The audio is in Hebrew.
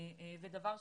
ודבר שלישי,